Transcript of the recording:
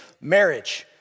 marriage